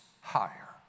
higher